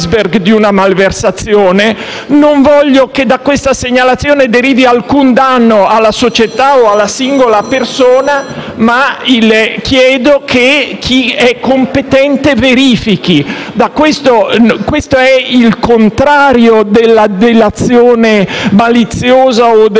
non voglio che da questa segnalazione derivi alcun danno alla società o alla singola persona, ma chiedo che chi è competente verifichi. Questo è il contrario della delazione maliziosa o della